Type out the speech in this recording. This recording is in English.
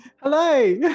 hello